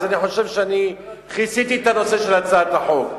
אז אני חושב שכיסיתי את הנושא של הצעת החוק.